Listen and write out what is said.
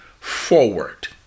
forward